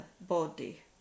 body